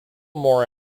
more